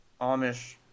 Amish